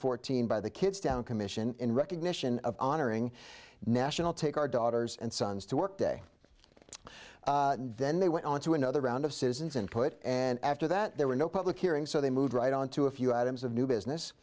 fourteen by the kids down commission in recognition of honoring national take our daughters and sons to work day then they went on to another round of citizens and put and after that there were no public hearings so they moved right on to a few items of new